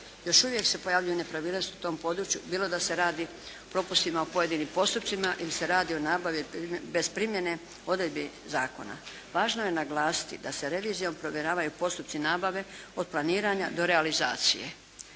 Još uvijek se pojavljuju nepravilnosti u tom području bilo da se radi o propustima u pojedinim postupcima ili se radi o nabavi bez primjene odredbi zakona. Važno je naglasiti da se revizijom provjeravaju postupci nabave od planiranja do realizacije.